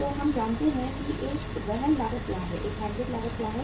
तो हम जानते हैं कि एक वहन लागत क्या है एक हैंडलिंग लागत क्या है